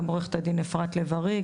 גם עו"ד אפרת לב ארי,